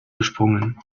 gesprungen